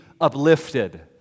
uplifted